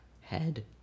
head